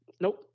Nope